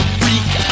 freak